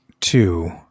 two